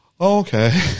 okay